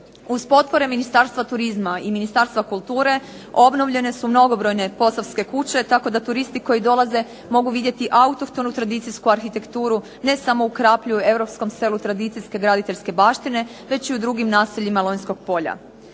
Uz potpore Ministarstva turizma i Ministarstva kulture obnovljene su mnogobrojne posavske kuće tako da turisti koji dolaze mogu vidjeti autohtonu tradicijsku arhitekturu ne samo u Krapju, europskom selu tradicijske graditeljske baštine, već i u drugim naseljima Lonjskog polja.